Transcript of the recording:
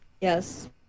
Yes